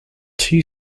two